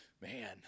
Man